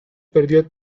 perdió